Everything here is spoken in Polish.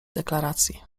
deklaracji